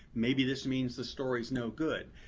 maybe this means the story is no good.